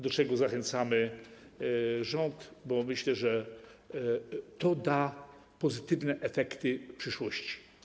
Do tego zachęcamy rząd, bo myślę, że to da pozytywne efekty w przyszłości.